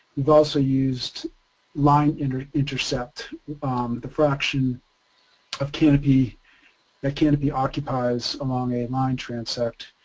we've also used line intercept the fraction of canopy that canopy occupies among a line transect.